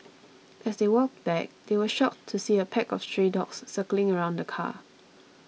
as they walked back they were shocked to see a pack of stray dogs circling around the car